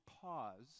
pause